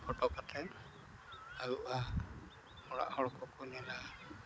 photo ᱠᱟᱛᱮᱫ ᱟᱹᱜᱩᱜᱼᱟ ᱚᱲᱟᱜ ᱦᱚᱲ ᱠᱚᱠᱚ ᱧᱮᱞᱟ